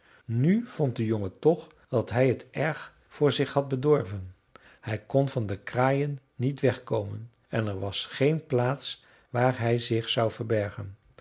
nu vond de jongen toch dat hij t erg voor zich had bedorven hij kon van de kraaien niet weg komen en er was geen plaats waar hij zich zou verbergen